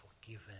forgiven